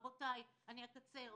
אקצר.